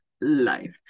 life